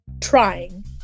trying